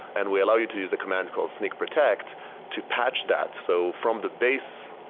and we allow you to use a command called snyk protect to patch that. so from the base,